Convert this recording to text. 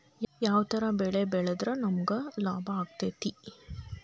ಯಾವ ತರ ಬೆಳಿ ಬೆಳೆದ್ರ ನಮ್ಗ ಲಾಭ ಆಕ್ಕೆತಿ?